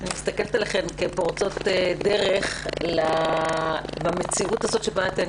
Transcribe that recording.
אני מסתכלת עליכן כפורצות דרך במציאות שבה אתן